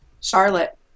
charlotte